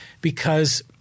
because-